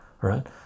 right